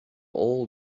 all